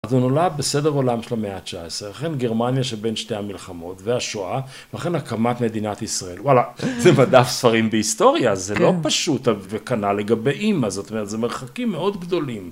אז הוא נולד בסדר עולם של המאה התשע עשרה, ולכן גרמניה שבין שתי המלחמות, והשואה, ולכן הקמת מדינת ישראל. וואלה, זה מדף ספרים בהיסטוריה, זה לא פשוט, וכנ"ל לגבי אמא זאת אומרת, זה מרחקים מאוד גדולים.